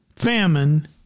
Famine